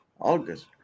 august